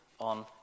on